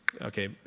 okay